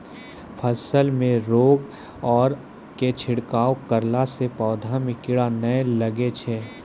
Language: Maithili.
फसल मे रोगऽर के छिड़काव करला से पौधा मे कीड़ा नैय लागै छै?